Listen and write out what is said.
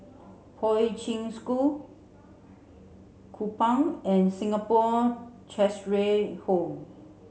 Poi Ching School Kupang and Singapore Cheshire Home